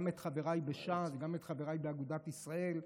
גם את חבריי בש"ס וגם את חבריי באגודת ישראל,